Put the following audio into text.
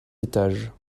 étages